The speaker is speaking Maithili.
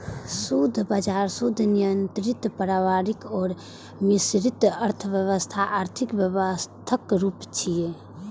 शुद्ध बाजार, शुद्ध नियंत्रित, पारंपरिक आ मिश्रित अर्थव्यवस्था आर्थिक व्यवस्थाक रूप छियै